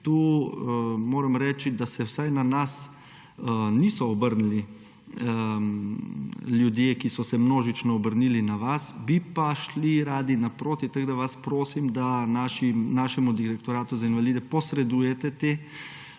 In moram reči, da se tu vsaj na nas niso obrnili ljudje, ki so se množično obrnili na vas. Bi pa radi šli naproti, tako da vas prosim, da našemu Direktoratu za invalide posredujete te